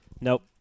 Nope